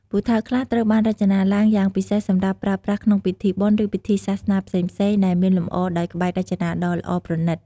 ពូថៅខ្លះត្រូវបានរចនាឡើងយ៉ាងពិសេសសម្រាប់ប្រើប្រាស់ក្នុងពិធីបុណ្យ ឬពិធីសាសនាផ្សេងៗ ដែលមានលម្អដោយក្បាច់រចនាដ៏ល្អប្រណិត។